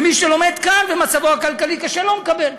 ומי שלומד כאן ומצבו הכלכלי קשה לא מקבל?